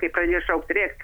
kai pradėjo šaukt rėkt